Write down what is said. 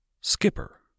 Skipper